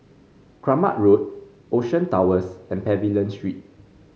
Kramat Road Ocean Towers and Pavilion Street